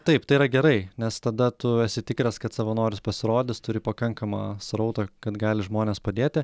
taip tai yra gerai nes tada tu esi tikras kad savanoris pasirodys turi pakankamą srautą kad gali žmonės padėti